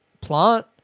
plant